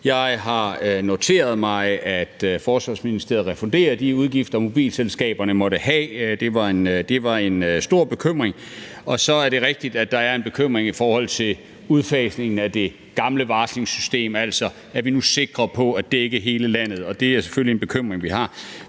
Jeg har noteret mig, at Forsvarsministeriet refunderer de udgifter, mobilselskaberne måtte have. Det var en stor bekymring. Så er det rigtigt, at der er en bekymring i forhold til udfasningen af det gamle varslingssystem, der går på, om vi nu er sikre på at dække hele landet. Det er selvfølgelig en bekymring, vi har.